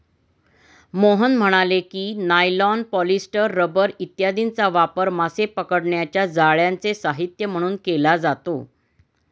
मोहन म्हणाले की, nylon, polyester, rubber इत्यादींचा वापर मासे पकडण्याच्या जाळ्यांचे साहित्य म्हणून केला जातो